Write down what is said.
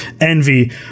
Envy